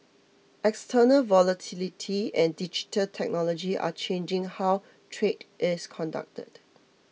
external volatility and digital technology are changing how trade is conducted